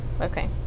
Okay